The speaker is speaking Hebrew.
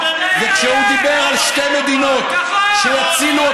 האמת כואבת, חבר הכנסת אורן אסף חזן.